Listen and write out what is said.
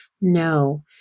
no